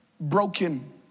broken